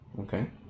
okay